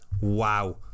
wow